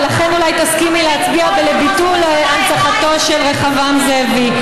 ולכן אולי תסכימי להצביע לביטול הנצחתו של רחבעם זאבי.